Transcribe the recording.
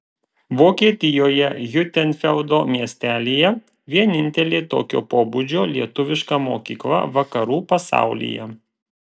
vokietijoje hiutenfeldo miestelyje vienintelė tokio pobūdžio lietuviška mokykla vakarų pasaulyje